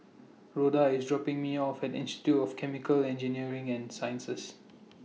Rhoda IS dropping Me off At Institute of Chemical Engineering and Sciences